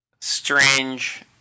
strange